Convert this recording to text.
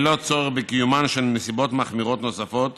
ללא צורך בקיומן של נסיבות מחמירות נוספות